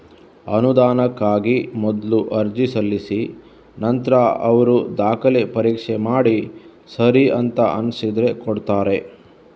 ಅನುದಾನಕ್ಕಾಗಿ ಮೊದ್ಲು ಅರ್ಜಿ ಸಲ್ಲಿಸಿ ನಂತ್ರ ಅವ್ರು ದಾಖಲೆ ಪರೀಕ್ಷೆ ಮಾಡಿ ಸರಿ ಅಂತ ಅನ್ಸಿದ್ರೆ ಕೊಡ್ತಾರೆ